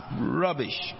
Rubbish